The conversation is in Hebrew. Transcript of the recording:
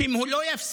שאם הוא לא יפסיק,